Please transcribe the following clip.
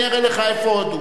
אני אראה לך איפה הודו.